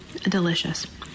Delicious